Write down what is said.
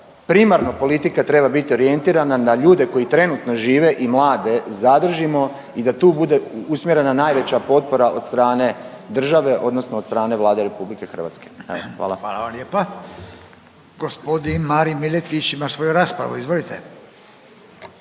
primarna politika treba bit orijentirana na ljude koji trenutno žive i mlade zadržimo i da tu bude usmjerena najveća potpora od stane države odnosno od strane Vlade RH. Hvala. **Radin, Furio (Nezavisni)** Hvala vam lijepa. Gospodin Marin Miletić ima svoju raspravu, izvolite.